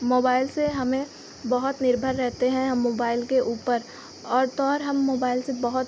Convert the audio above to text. mobile से हमें बहुत निर्भर रहते हैं हम मोबाइल के ऊपर और तो और हम मोबाइल से बहुत